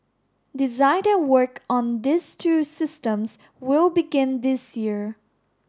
design and work on these two systems will begin this year